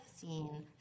seen